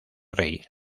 rey